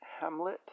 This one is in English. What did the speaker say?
Hamlet